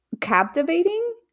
captivating